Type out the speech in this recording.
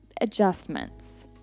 adjustments